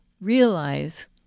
realize